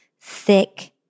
thick